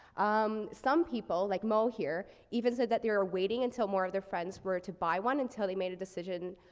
um, some people, like moe here, even said that they are waiting until more of their friends were to buy one until they made a decision,